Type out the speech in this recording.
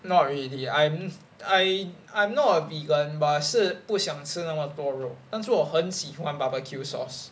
not really the I'm I I'm not a vegan but 是不想吃那么多肉但是我很喜欢 barbecue sauce